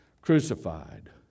Crucified